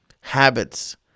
habits